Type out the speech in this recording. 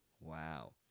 Wow